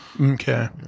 Okay